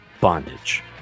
bondage